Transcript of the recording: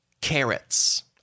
carrots